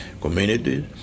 communities